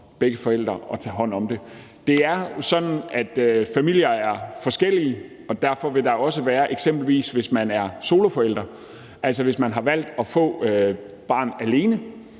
mulighed for at tage hånd om det. Det er jo sådan, at familier er forskellige, og derfor vil man eksempelvis også, hvis man er soloforælder, altså hvis man har valgt at få et barn alene